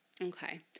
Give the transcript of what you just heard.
Okay